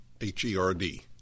H-E-R-D